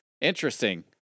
Interesting